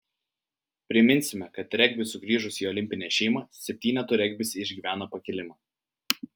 priminsime kad regbiui sugrįžus į olimpinę šeimą septynetų regbis išgyvena pakilimą